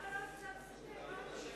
למה לא הפצצת את אירן?